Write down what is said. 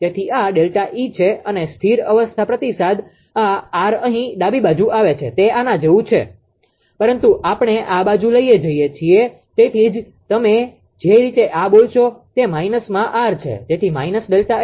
તેથી આ ΔE છે અને સ્થિર અવસ્થા પ્રતિસાદ આ આર અહીં ડાબી બાજુ આવે છે તે આના જેવું છે પરંતુ આપણે આ બાજુ લઈ જઇએ છીએ તેથી જ તમે જે રીતે આ બોલશો તે માઈનસ માં આર છે તેથી માઈનસ ΔF છે